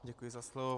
Děkuji za slovo.